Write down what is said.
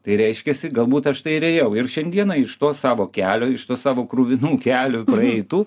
tai reiškiasi galbūt aš tai ir ėjau ir šiandieną iš to savo kelio iš to savo kruvinų kelių praeitų